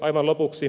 aivan lopuksi